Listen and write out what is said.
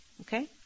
Okay